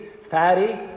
fatty